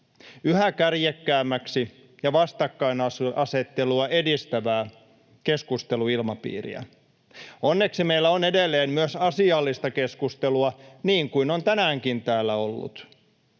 yhä kärjekkäämpää ja vastakkainasettelua edistävää keskusteluilmapiiriä. Onneksi meillä on edelleen myös asiallista keskustelua, niin kuin on tänäänkin täällä ollut,